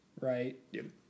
Right